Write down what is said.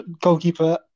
goalkeeper